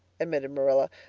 admitted marilla,